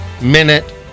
minute